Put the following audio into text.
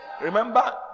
remember